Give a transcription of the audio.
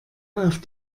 auf